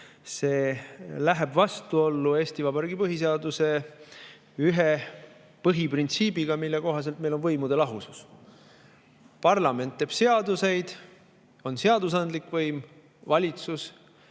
see läheb vastuollu Eesti Vabariigi põhiseaduse ühe põhiprintsiibiga, mille kohaselt meil on võimude lahusus. Parlament teeb seadusi, on seadusandlik võim, valitsus